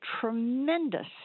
tremendous